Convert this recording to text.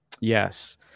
Yes